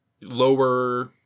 lower